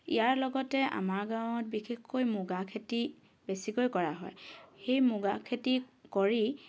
ইয়াৰ লগতে আমাৰ গাঁৱত বিশেষকৈ মুগা খেতি বেছিকৈ কৰা হয় সেই মুগা খেতি কৰি